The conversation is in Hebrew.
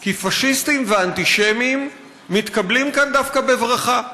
כי פשיסטים ואנטישמים מתקבלים כאן דווקא בברכה.